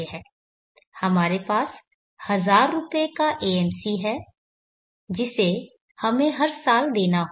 हमारे पास 1000 रुपये का AMC है जिसे हमें हर साल देना होगा